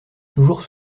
toujours